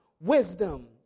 wisdom